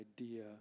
idea